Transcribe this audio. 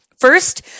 first